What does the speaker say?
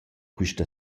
quista